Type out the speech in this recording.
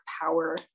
power